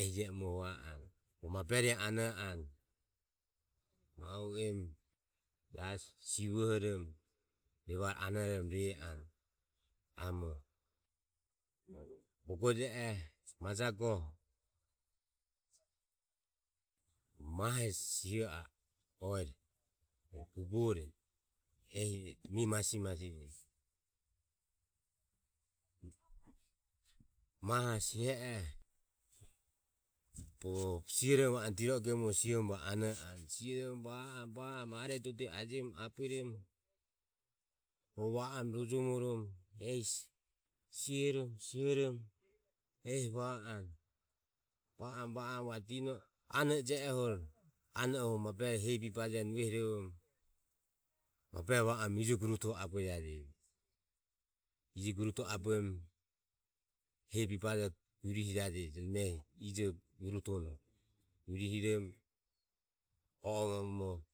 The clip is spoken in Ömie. ehi je e muoho vae anue rueroho ano anue. Ma u emu jasi sivohoromo evare anoromo rue anue amoho. Bogo je oho majae goho mahe siho a e oero o tubore mi masijo masijo maho. Mahoho sihe oho bogo sihoromo diro o gemoho ano anue. sihoromo va oromo are dode abueromo rova oromo rojomoromo sihoromo sihoromo ehi va anue va oromo va oromo va dino e namije oho ano ohuro mabero hehi bibajeni vuehorovoromo mabero va oromo ijo gurutore abue jaje. Ijo gurutore abueromo hehi bibajoho gurihijaje mabero ijo gurutore gurihiromo oe omo omoro